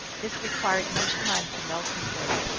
this re quired much time to melt and break.